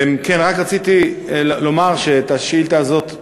רק רציתי לומר שאת השאילתה הזאת,